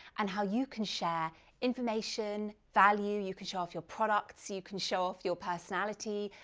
and how you can share information, value, you can show off your products, you can show off your personality,